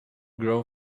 grow